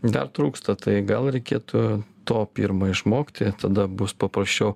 dar trūksta tai gal reikėtų to pirmo išmokti tada bus paprasčiau